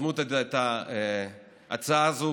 שיזמו את ההצעה הזאת,